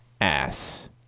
ass